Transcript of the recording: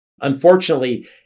Unfortunately